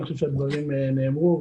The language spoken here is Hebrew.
אני חושב שהדברים נאמרו.